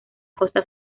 costa